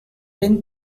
been